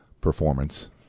performance